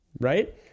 right